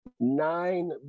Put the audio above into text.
nine